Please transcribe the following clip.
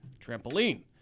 Trampoline